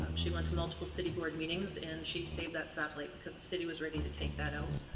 um she went to multiple city board meetings, and she saved that stop light, because the city was ready to take that out,